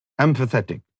empathetic